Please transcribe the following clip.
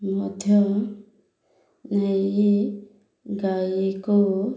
ମଧ୍ୟ ନେଇ ଗାଈକୁ